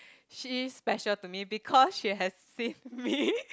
she's special to me because she has saved me